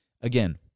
Again